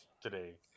today